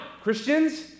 Christians